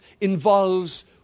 involves